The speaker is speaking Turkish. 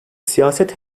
siyaset